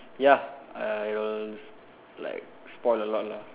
ya I will s~ like spoil a lot lah